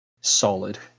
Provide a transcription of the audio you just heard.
solid